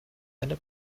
eine